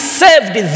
saved